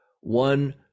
one